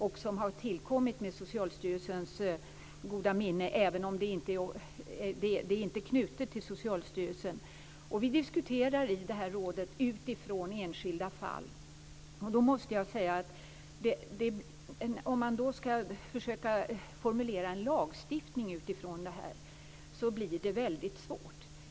Det har tillkommit med Socialstyrelsens goda minne även om det inte är knutet till Socialstyrelsen. Vi diskuterar i rådet utifrån enskilda fall. Om man skall försöka att formulera en lagstiftning utifrån detta blir det väldigt svårt.